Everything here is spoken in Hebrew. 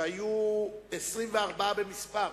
היו 24 במספר.